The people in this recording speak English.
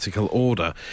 order